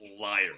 Liar